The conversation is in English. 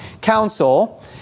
council